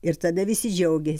ir tada visi džiaugias